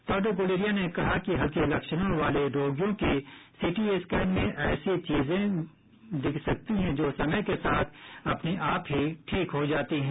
डॉ गुलेरिया ने कहा कि हल्के लक्षणों वाले रोगियों की सीटी स्कैन में ऐसी चीजें दिख सकती हैं जो समय के साथ अपने आप ही ठीक हो जाती हैं